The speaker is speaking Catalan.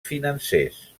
financers